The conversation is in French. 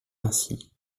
ainsi